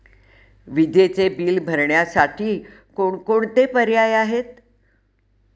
विजेचे बिल भरण्यासाठी कोणकोणते पर्याय आहेत?